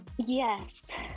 Yes